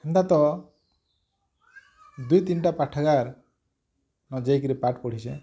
ଅନ୍ତତଃ ଦୁଇ ତିନ୍ ଟା ପାଠଗାର ନ ଯାଇକିରି ପାଠ ପଢ଼ିଛେଁ